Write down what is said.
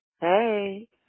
Hey